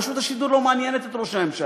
רשות השידור לא מעניינת את ראש הממשלה.